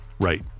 Right